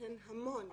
הן המון.